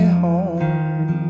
home